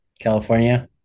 California